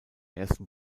ersten